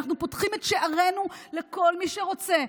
אנחנו פותחים את שערינו לכל מי שרוצה,